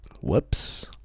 Whoops